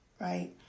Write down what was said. right